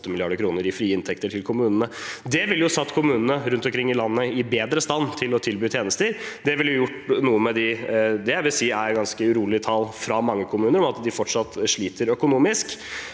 i frie inntekter til kommunene. Det ville satt kommunene rundt omkring i landet bedre i stand til å tilby tjenester. Det ville gjort noe med det jeg vil si er ganske foruroligende tall fra mange kommuner, som viser at de fortsatt sliter økonomisk.